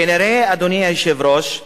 כנראה, אדוני היושב-ראש,